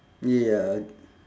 ya